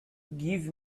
give